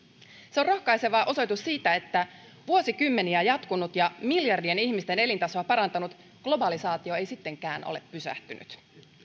se on rohkaiseva osoitus siitä että vuosikymmeniä jatkunut ja miljardien ihmisten elintasoa parantanut globalisaatio ei sittenkään ole pysähtynyt